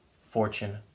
fortune